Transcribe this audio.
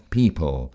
people